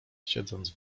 siedząc